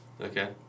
Okay